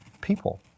people